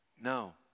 No